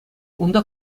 унта